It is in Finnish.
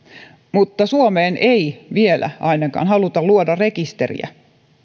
mutta suomeen ei vielä ainakaan haluta luoda rekisteriä